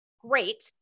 great